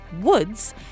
woods